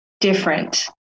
different